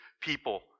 people